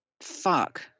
Fuck